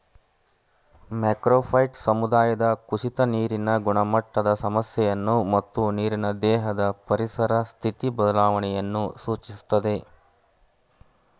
macrophyte ಸಮುದಾಯದ ಕುಸಿತ ನೀರಿನ ಗುಣಮಟ್ಟದ ಸಮಸ್ಯೆಯನ್ನು ಮತ್ತು ನೀರಿನ ದೇಹದ ಪರಿಸರ ಸ್ಥಿತಿ ಬದಲಾವಣೆಯನ್ನು ಸೂಚಿಸ್ತದೆ